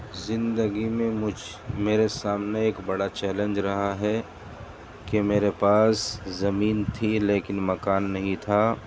زندگی میں مجھ میرے سامنے ایک بڑا چیلنج رہا ہے کہ میرے پاس زمین تھی لیکن مکان نہیں تھا